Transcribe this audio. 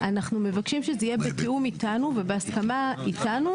אנחנו מבקשים שזה יהיה בתיאום ובהסכמה איתנו.